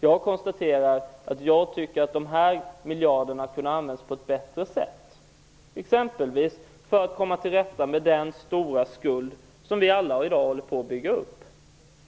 Jag konstaterar bara att de här miljarderna hade kunnat användas på ett bättre sätt, exempelvis för att komma till rätta med den stora skuld som vi alla i dag håller på att bygga upp.